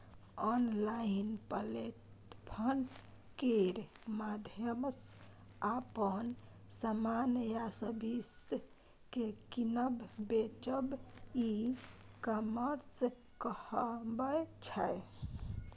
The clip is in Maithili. आँनलाइन प्लेटफार्म केर माध्यमसँ अपन समान या सर्विस केँ कीनब बेचब ई कामर्स कहाबै छै